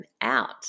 out